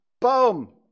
boom